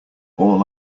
all